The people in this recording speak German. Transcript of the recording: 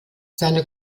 seine